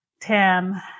Tim